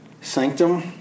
Sanctum